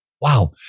Wow